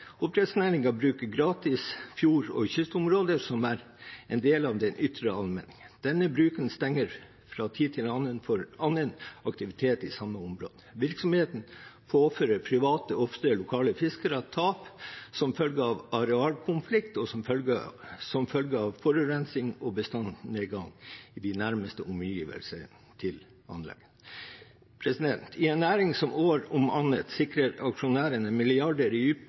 bruker gratis fjord- og kystområder som er en del av den ytre allmenningen. Denne bruken stenger fra tid til annen for annen aktivitet i det samme området. Virksomheten påfører private – ofte lokale fiskere – tap som følge av arealkonflikt og som følge av forurensning og bestandsnedgang i de nærmeste omgivelsene til anleggene. I en næring som år om annet sikrer aksjonærene milliarder i